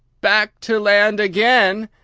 back to land again,